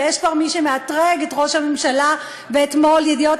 יש כבר מי שמאתרג את ראש הממשלה ואת מו"ל "ידיעות